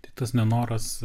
tai tas nenoras